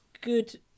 good